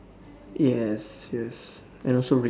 yes yes and also red